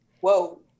Whoa